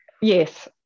Yes